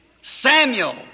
Samuel